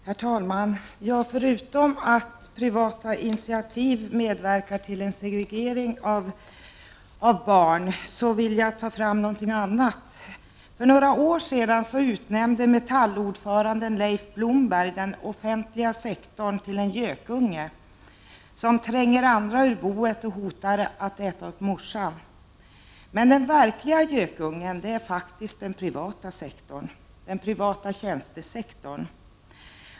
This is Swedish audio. Herr talman! Förutom att privata alternativ medverkar till en segregering av barnen vill jag ta fram någonting annat. För några år sedan utnämnde Metalls ordförande Leif Blomberg den offentliga sektorn till en gökunge, som trängde andra ur boet och hotade att äta upp morsan. Men den verkliga gökungen är faktiskt den privata tjänstesektorn.